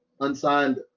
unsigned